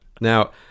Now